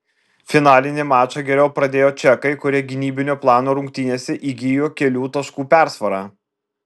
finalinį mačą geriau pradėjo čekai kurie gynybinio plano rungtynėse įgijo kelių taškų persvarą